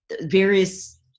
various